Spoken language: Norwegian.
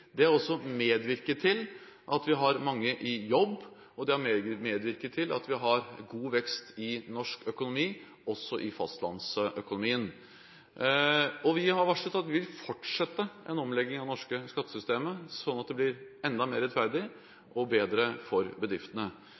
Det har også medvirket til at vi har mange i jobb, og det har medvirket til at vi har god vekst i norsk økonomi – også i fastlandsøkonomien. Vi har varslet at vi vil fortsette en omlegging av det norske skattesystemet sånn at det blir enda mer rettferdig og bedre for bedriftene.